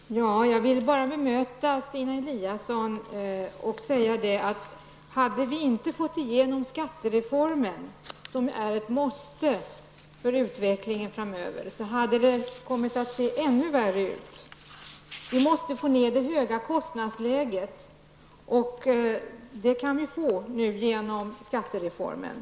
Fru talman! Jag vill till Stina Eliasson bara säga att om vi inte hade fått igenom skattereformen, som är ett måste för utvecklingen framöver, hade det kommit att se ännu värre ut. Vi måste få ned de höga kostnaderna. Det kan vi nu få genom skattereformen.